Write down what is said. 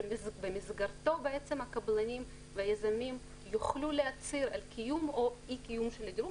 שבמסגרתו הקבלנים והיזמים יוכלו להצהיר על קיום או אי-קיום של הדירוג,